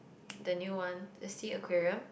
the new one the Sea-Aquarium